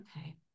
Okay